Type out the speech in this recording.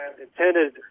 intended